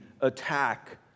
attack